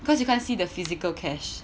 because you can't see the physical cash